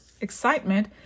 excitement